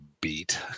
beat